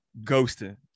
ghosting